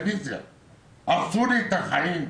הרסו לי את החיים.